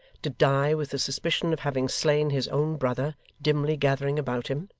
to die with the suspicion of having slain his own brother, dimly gathering about him